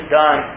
done